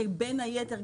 שבין היתר,